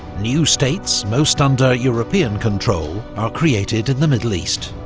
new states, most under european control, are created in the middle east.